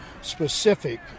specific